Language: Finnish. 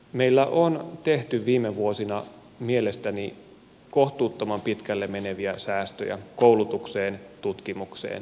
meillä on tehty viime vuosina mielestäni kohtuuttoman pitkälle meneviä säästöjä koulutukseen tutkimukseen ja tieteeseen